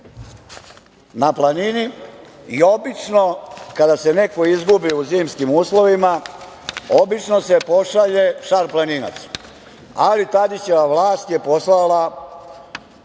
na planini. Obično kada se neko izgubi u zimskim uslovima, obično se pošalje šarplaninac, ali Tadićeva vlast je poslala